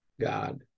God